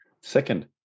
Second